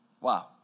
Wow